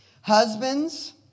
husbands